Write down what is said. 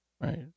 Right